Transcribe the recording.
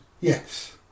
Yes